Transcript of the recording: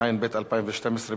התשע"ב-2012,